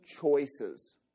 choices